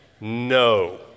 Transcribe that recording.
no